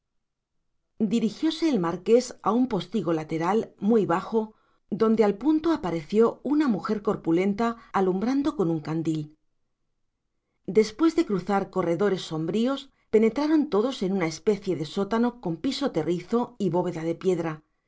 lodo dirigióse el marqués a un postigo lateral muy bajo donde al punto apareció una mujer corpulenta alumbrando con un candil después de cruzar corredores sombríos penetraron todos en una especie de sótano con piso terrizo y bóveda de piedra